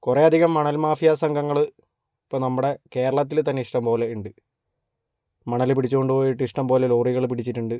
കുറേ അധികം മണൽ മാഫിയ സംഘങ്ങൾ ഇപ്പം നമ്മുടെ കേരളത്തിൽ തന്നെ ഇഷ്ടംപോലെ ഉണ്ട് മണൽ പിടിച്ചുകൊണ്ട് പോയിട്ട് ഇഷ്ടംപോലെ ലോറികൾ പിടിച്ചിട്ടുണ്ട്